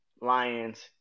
Lions